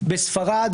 בספרד,